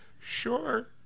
Sure